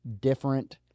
different